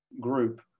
group